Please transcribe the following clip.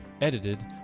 edited